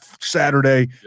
Saturday